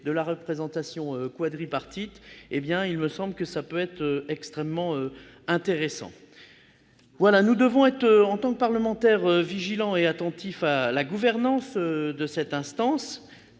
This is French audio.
de la représentation quadripartite, il me semble que cela pourrait être extrêmement intéressant. Nous devons, en tant que parlementaires, être vigilants et attentifs à la gouvernance de cette instance